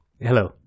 Hello